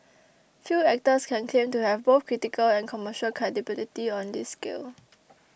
few actors can claim to have both critical and commercial credibility on this scale